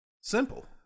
Simple